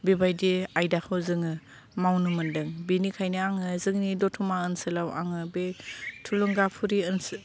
बेबायदि आयदाखौ जोङो मावनो मोनदों बेनिखायनो आङो जोंनि दतमा ओनसोलाव आङो बे थुलुंगाफुरि ओनसोल